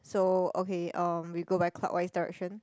so okay um we go by clockwise direction